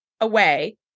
away